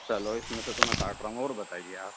چلو اس میں سے تو میں کاٹ رہا ہوں اور بتائیے آپ